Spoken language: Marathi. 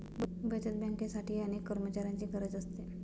बचत बँकेसाठीही अनेक कर्मचाऱ्यांची गरज असते